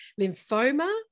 lymphoma